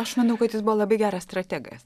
aš manau kad jis buvo labai geras strategas